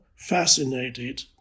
fascinated